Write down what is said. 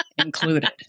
included